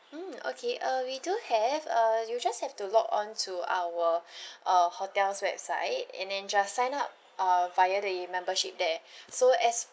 mm okay uh we do have uh you just have to log on to our uh hotel's website and then just sign up uh via the membership there so as